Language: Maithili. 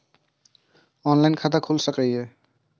ऑनलाईन खाता खुल सके ये?